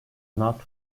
not